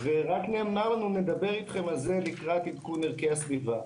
ורק נאמר לנו נדבר אתכם על זה לקראת עדכון ערכי הסביבה.